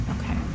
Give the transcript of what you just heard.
Okay